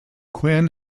quinn